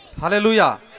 Hallelujah